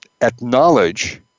acknowledge